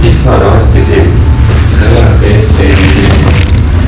ya lah fashion kenapa merah-merah eh